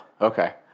okay